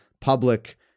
public